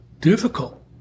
difficult